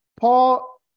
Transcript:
Paul